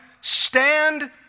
stand